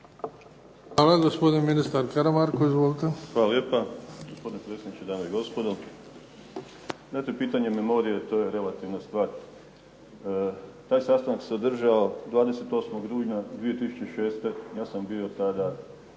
Hvala. Gospodin ministar Karamarko. Izvolite. **Karamarko, Tomislav** Hvala lijepa. Gospodine predsjedniče, dame i gospodo. Znate pitanje memorije, to je relativna stvar. Taj sastanak se održao 28. rujna 2006., ja sam bio tada ravnatelj